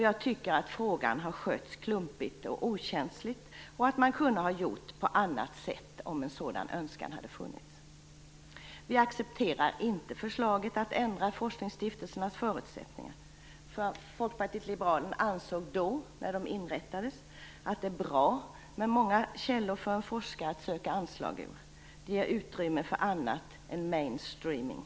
Jag tycker att frågan har skötts klumpigt och okänsligt och att man kunde ha gjort på annat sätt om en sådan önskan hade funnits. Vi accepterar inte förslaget att man skall ändra forskningsstiftelsernas förutsättningar. När forskningsstiftelserna inrättades ansåg Folkpartiet liberalerna att det är bra med många källor för forskare att söka anslag ur. Det ger utrymme för annat än main streaming.